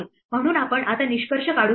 म्हणून आपण आता निष्कर्ष काढू शकतो